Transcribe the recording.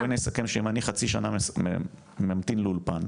בואי נסכם שאם אני חצי שנה ממתין לאולפן,